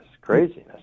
Craziness